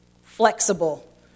flexible